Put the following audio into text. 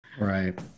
Right